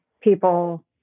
people